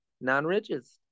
non-ridges